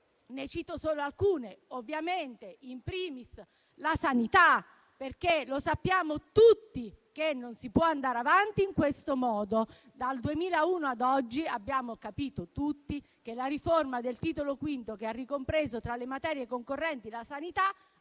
Ne cito solo alcune: *in primis* la sanità, perché sappiamo tutti che non si può andare avanti in questo modo. Dal 2001 ad oggi abbiamo capito tutti che la riforma del Titolo V, che ha ricompreso tra le materie concorrenti la sanità,